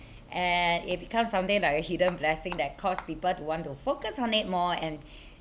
and it becomes something like a hidden blessing that caused people to want to focus on it more and